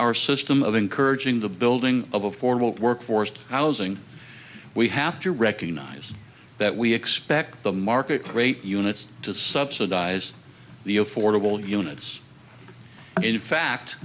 our system of encouraging the building of a formal workforce housing we have to recognize that we expect the market rate units to subsidize the affordable units and in fact